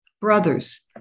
Brothers